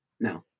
No